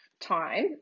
time